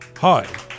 Hi